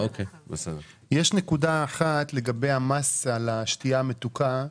יש נקודה אחת לגבי המס על השתייה המתוקה.